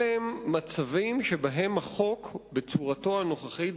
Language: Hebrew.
אלה הם מצבים שבהם החוק בצורתו הנוכחית,